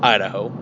Idaho